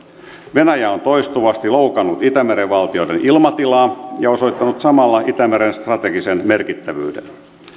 venäjä on toistuvasti loukannut itämeren valtioiden ilmatilaa ja osoittanut samalla itämeren strategisen merkittävyyden